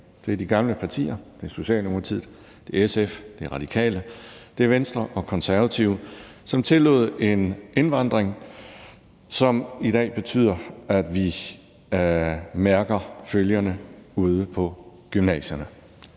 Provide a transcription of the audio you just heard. Det er de gamle partier – det er Socialdemokratiet, det er SF, det er Radikale Venstre, det er Venstre, det er Konservative – som tillod en indvandring, som i dag betyder, at vi mærker følgerne ude på gymnasierne.